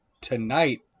tonight